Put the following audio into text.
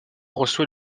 reçoit